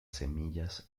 semillas